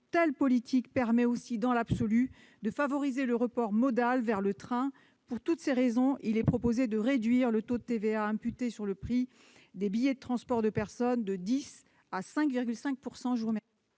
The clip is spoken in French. telle politique permet aussi, dans l'absolu, de favoriser le report modal vers le train. Pour toutes ces raisons, nous proposons de réduire le taux de TVA imputé sur le prix des billets de transport de personnes de 10 % à 5,5 %.